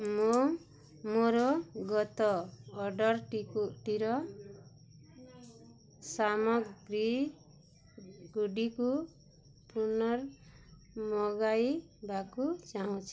ମୁଁ ମୋର ଗତ ଅର୍ଡ଼ର୍ଟିକୁ ଟିର ସାମଗ୍ରୀଗୁଡ଼ିକୁ ପୁନଃ ମଗାଇବାକୁ ଚାହୁଁଛି